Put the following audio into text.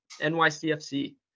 NYCFC